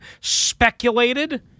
speculated